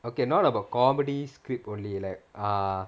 okay not about comedy script only like err